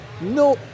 No